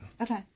Okay